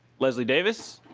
leslie davis